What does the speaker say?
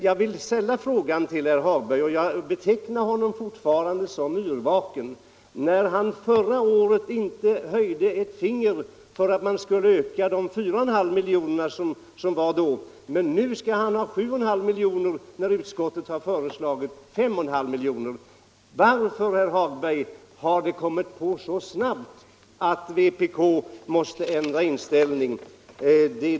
Jag betecknar fortfarande herr Hagberg som yrvaken. Förra året rörde han inte ett finger för att komma med förslag om att vi skulle öka det då föreslagna anslaget på 4,5 milj.kr. Men nu, när utskottet har föreslagit ett anslag på 5,5 milj.kr... skall han ha 7,5 milj.kr. Varför har vpk så snabbt ändrat inställning?